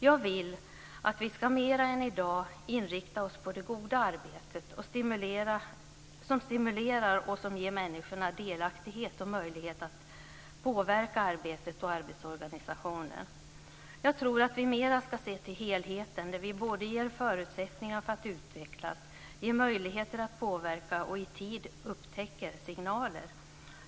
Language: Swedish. Jag vill att vi mera än i dag ska inrikta oss på det goda arbetet, som stimulerar och ger människorna delaktighet och möjlighet att påverka arbetet och arbetsorganisationen. Jag tror att vi mera ska se till helheten, där vi både ger förutsättningar för att utvecklas, ger möjligheter att påverka och i tid upptäcker signaler.